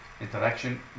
interaction